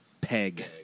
Peg